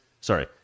Sorry